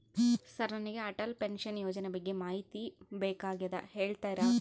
Sir ನನಗೆ Atal pension ಯೋಜನೆ ಬಗ್ಗೆ ಮಾಹಿತಿ ಬೇಕಾಗ್ಯದ ಹೇಳ್ತೇರಾ?